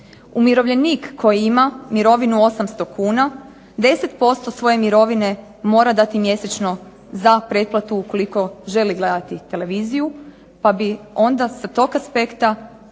Umirovljenik koji ima mirovinu 800 kuna 10% svoje mirovine mora dati mjesečno za pretplatu ukoliko želi gledati televiziju pa bi onda sa tog aspekta tom